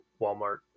Walmart